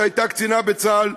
שהייתה קצינה בצה"ל,